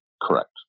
Correct